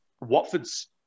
Watford's